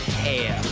hair